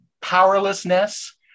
powerlessness